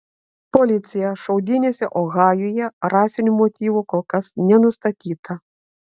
policija šaudynėse ohajuje rasinių motyvų kol kas nenustatyta